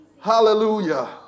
Hallelujah